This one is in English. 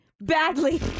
Badly